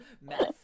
mess